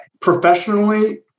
Professionally